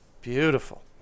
Beautiful